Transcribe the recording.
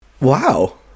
Wow